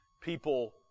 people